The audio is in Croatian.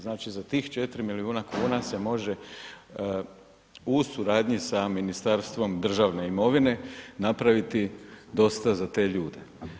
Znači, za tih 4 milijuna kuna se može u suradnji sa Ministarstvom državne imovine napraviti dosta za te ljude.